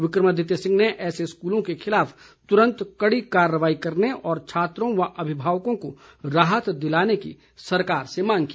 विक्रमादित्य सिंह ने ऐसे स्कूलों के खिलाफ तुरंत कड़ी कार्रवाई करने और छात्रों व अभिभावकों को राहत दिलाने की सरकार से मांग की